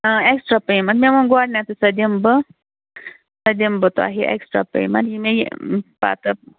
extra payment مےٚ ووٚن گۄڈنٮ۪تھٕے سۄ دِمہٕ بہٕ سۄ دِمہٕ بہٕ تۄہہِ اٮ۪کٕسٹرا پیم۪نٛٹ یہِ مےٚ یہِ پَتہٕ